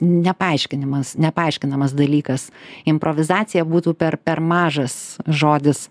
ne paaiškinimas nepaaiškinamas dalykas improvizacija būtų per per mažas žodis